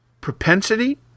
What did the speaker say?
propensity